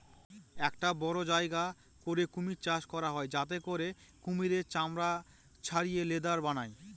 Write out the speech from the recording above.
একটা বড়ো জায়গা করে কুমির চাষ করা হয় যাতে করে কুমিরের চামড়া ছাড়িয়ে লেদার বানায়